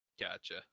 Gotcha